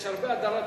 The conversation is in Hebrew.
יש הרבה הדרת נשים.